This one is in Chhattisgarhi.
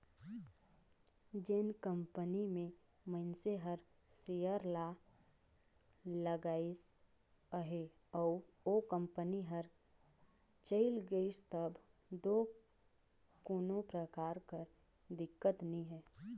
जेन कंपनी में मइनसे हर सेयर ल लगाइस अहे अउ ओ कंपनी हर चइल गइस तब दो कोनो परकार कर दिक्कत नी हे